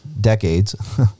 decades